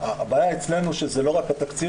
הבעיה אצלנו היא שזה לא רק התקציב,